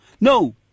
No